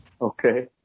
Okay